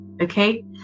okay